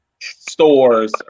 stores